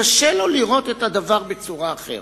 קשה לו לראות את הדבר בצורה אחרת.